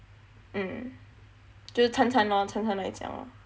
mm 就参参 lor 参参来讲 lor